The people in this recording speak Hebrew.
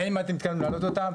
האם אתם מתכוונים לעלות אותם,